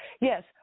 yes